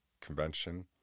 Convention